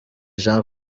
jean